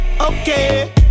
okay